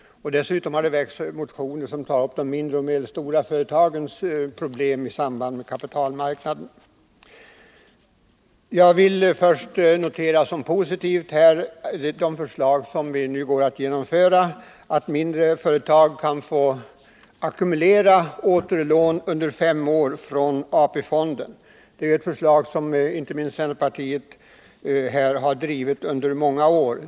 Dessutom har det väckts motioner som tar upp de mindre och medelstora företagens problem i samband med kapitalmarknaden. Jag vill först notera att det som är positivt med de förslag vi nu går att besluta om är att mindre företag kan få ackumulerat återlån under fem år från AP-fonden. Det är ett förslag som inte minst centerpartiet har drivit här under många år.